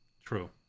True